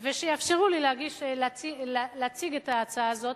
ויאפשרו לי להציג את ההצעה הזאת,